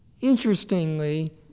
interestingly